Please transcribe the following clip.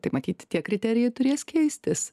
tai matyt tie kriterijai turės keistis